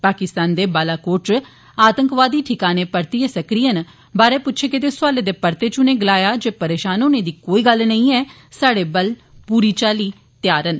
पाकिस्तान दे बालाकोट च आतंकवादी ठिकाने परतियै सक्रिय न पुच्छे गेदे सौआले दे परते च उनें गलाया जे परेशान होने आली कोई गल्ल नेई ऐ साहडे बल पूरी तैयार न